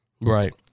Right